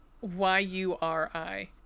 Y-U-R-I